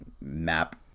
map